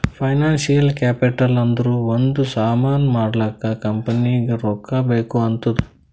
financial capital ಅಂದುರ್ ಒಂದ್ ಸಾಮಾನ್ ಮಾಡ್ಲಾಕ ಕಂಪನಿಗ್ ರೊಕ್ಕಾ ಬೇಕ್ ಆತ್ತುದ್